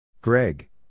Greg